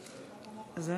אנחנו